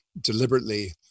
deliberately